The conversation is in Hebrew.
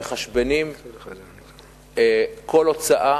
מחשבנים כל הוצאה